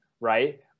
right